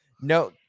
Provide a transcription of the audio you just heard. No